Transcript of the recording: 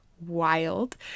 wild